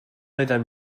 oeddem